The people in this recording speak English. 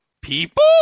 People